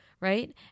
right